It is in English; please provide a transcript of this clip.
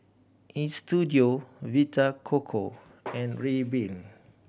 Istudio Vita Coco and Rayban